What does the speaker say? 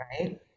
right